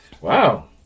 wow